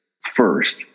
first